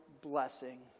blessing